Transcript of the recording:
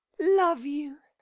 love you!